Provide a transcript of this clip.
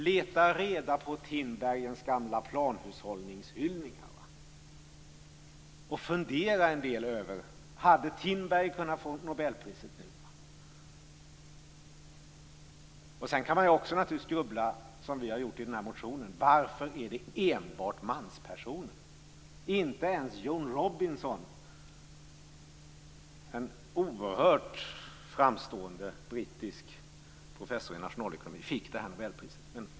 Leta reda på Tinbergens gamla planhushållningshyllningar och fundera en del över om han hade kunnat få nobelpriset nu! Sedan kan man också grubbla, som vi har gjort i den här motionen, över varför det är enbart manspersoner som har fått priset. Inte ens Joan Robinson, som är en oerhört framstående brittisk professor i nationalekonomi, fick det här nobelpriset.